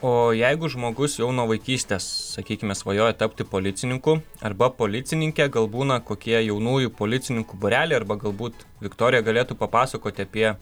o jeigu žmogus jau nuo vaikystės sakykime svajoja tapti policininku arba policininke gal būna kokie jaunųjų policininkų būreliai arba galbūt viktorija galėtų papasakoti apie